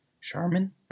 Charmin